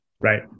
right